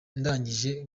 ndangije